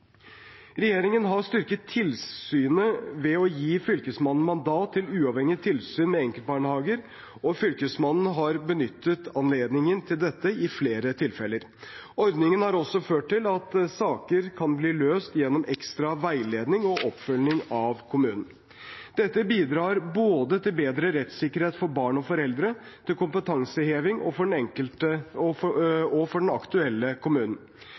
Regjeringen har styrket tilsynet ved å gi Fylkesmannen mandat til uavhengig tilsyn med enkeltbarnehager, og Fylkesmannen har benyttet anledningen til dette i flere tilfeller. Ordningen har også ført til at saker kan bli løst gjennom ekstra veiledning og oppfølging av kommunen. Dette bidrar til både bedre rettssikkerhet for barn og foreldre og kompetanseheving for den aktuelle kommunen. Systemet Kvalitet i barnehagen er etablert for å gi gode muligheter for